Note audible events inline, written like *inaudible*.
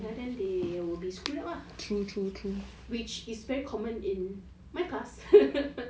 ya then they will be screwed up ah which is very common in my class *laughs*